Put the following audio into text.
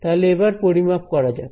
তাহলে আবার পরিমাপ করা যাক